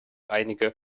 einige